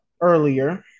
earlier